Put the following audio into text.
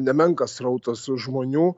nemenkas srautas žmonių